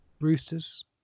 Roosters